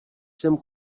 sem